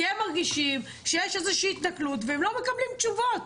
כי הם מרגישים שיש איזושהי התנכלות והם לא מקבלים תשובות.